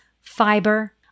fiber